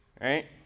right